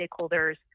stakeholders